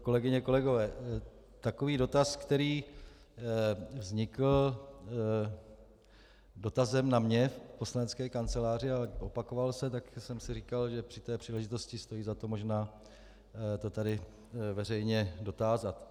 Kolegyně, kolegové, takový dotaz, který vznikl dotazem na mě v poslanecké kanceláři, ale opakoval se, tak jsem si říkal, že při té příležitosti stojí za to možná to tady veřejně dotázat.